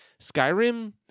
Skyrim